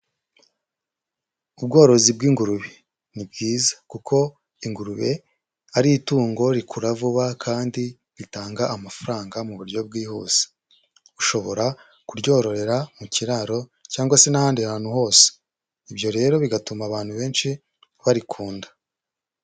Ubworozi bw'ingurube ni bwiza kuko ingurube ari itungo rikura vuba kandi ritanga amafaranga mu buryo bwihuse, ushobora kuryororera mu kiraro cyangwa se n'ahandi hantu hose, ibyo rero bigatuma abantu benshi barikunda.